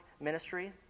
ministry